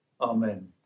Amen